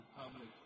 public